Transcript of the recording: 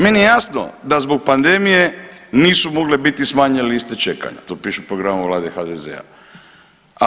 Meni je jasno da zbog pandemije nisu mogle biti smanjenje liste čekanja, tu piše u programu Vlade HDZ-a.